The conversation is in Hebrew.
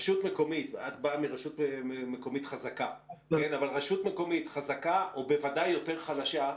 רשות מקומית את באה מרשות מקומית חזקה חזקה או בוודאי יותר חלשה,